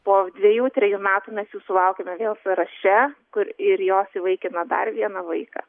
po dvejų trejų metų mes jų suaukiame vėl sąraše kur ir jos įvaikina dar vieną vaiką